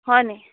হয় নেকি